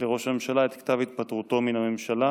לראש הממשלה את כתב התפטרותו מן הממשלה,